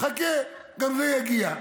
חכה, גם זה יגיע.